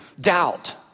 doubt